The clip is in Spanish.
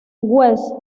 west